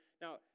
Now